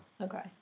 Okay